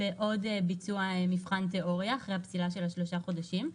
בעוד ביצוע מבחן תיאוריה אחרי הפסילה של השלושה חודשים.